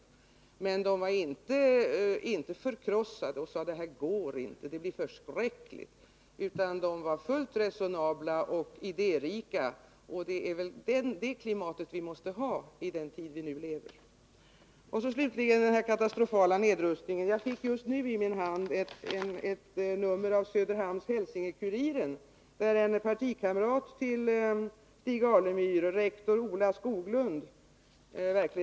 25 Men de var inte så förkrossade att de sade: Det här går inte, det blir förskräckligt. De var fullt resonabla, och de var idérika. Och det är väl ett sådant klimat vi måste ha i den tid vi nu lever i. Till sist vill jag säga ytterligare några ord om ”den katastrofala nedrustningen”. Jag fick just nu i min hand ett nummer av Söderhamn Hälsinge-Kuriren, och i den har en partikamrat till Stig Alemyr, rektor Ola Skoglund, uttalat sig.